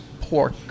pork